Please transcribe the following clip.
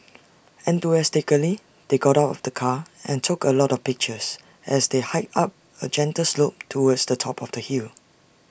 enthusiastically they got out of the car and took A lot of pictures as they hiked up A gentle slope towards the top of the hill